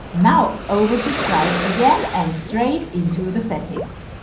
now over to stripe again and straight into the settings.